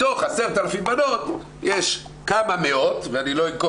מתוך 10,000 בנות יש כמה מאות ולא אנקוב